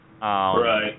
Right